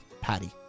patty